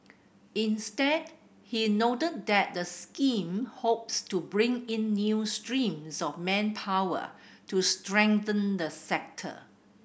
instead he noted that the scheme hopes to bring in new streams of manpower to strengthen the sector